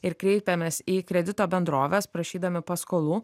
ir kreipiamės į kredito bendroves prašydami paskolų